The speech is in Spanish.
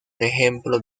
ejemplo